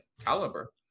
caliber